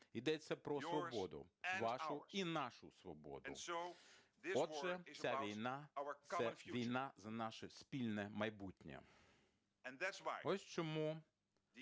Йдеться про свободу вашу і нашу свободу. Отже, ця війна – це війна за наше спільне майбутнє. Ось чому